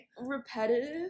Repetitive